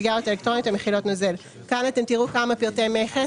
סיגריות אלקטרוניות המכילות נוזל"; כאן תראו כמה פרטי מכס